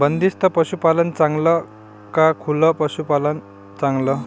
बंदिस्त पशूपालन चांगलं का खुलं पशूपालन चांगलं?